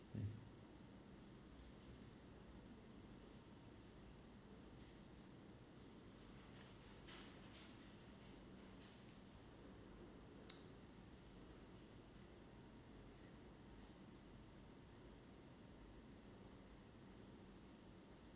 mm